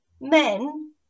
men